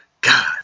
god